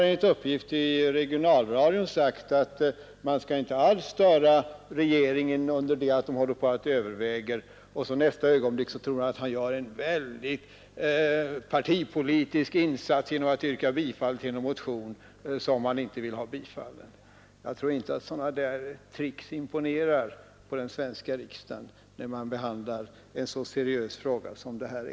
Enligt uppgift i regionalradion har herr Franzén sagt att man inte skall störa regeringen under tiden som man där överväger frågan, men nästa ögonblick tror herr Franzén att han gör en väldig partipolitisk insats genom att yrka bifall till en motion som han inte vill ha bifallen. Jag tror inte att sådana tricks imponerar på den svenska riksdagen vid behandlingen av en så seriös fråga som denna.